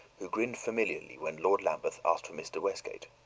who grinned familiarly when lord lambeth asked for mr. westgate.